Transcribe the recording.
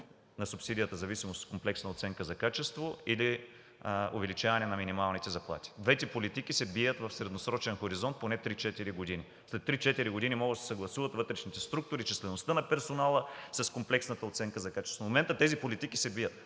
на субсидията в зависимост от комплексната оценка за качество, или увеличаване на минималните заплати? Двете политики се бият в средносрочен хоризонт поне 3 – 4 години. След 3 – 4 години може да се съгласуват вътрешните структури, числеността на персонала с комплексната оценка за качество. В момента тези политики се бият.